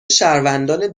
شهروندان